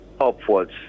upwards